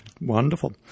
Wonderful